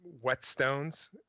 whetstones